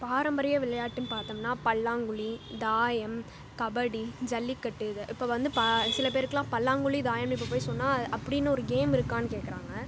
பாரம்பரிய விளையாட்டுன்னு பார்த்தம்ன்னா பல்லாங்குழி தாயம் கபடி ஜல்லிக்கட்டு இப்போ வந்து சில பேருக்கெலாம் பல்லாங்குழி தாயம்னு இப்போ போய் சொன்னால் அப்படின்னு ஒரு கேம் இருக்கானு கேட்கறாங்க